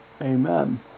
Amen